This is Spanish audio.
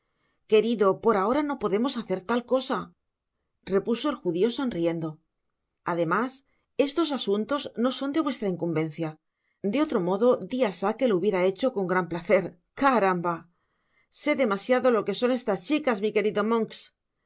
querido por ahora no podemos hacer tal cosa repuso el judio sonriendo además estos asuntos no son de nuestra incumbencia de otro modo dias ha que lo hubiera hecho con gran placer caramba sé demasiado lo que son estas chicas mi querido monks